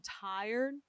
tired